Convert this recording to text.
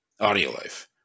Audiolife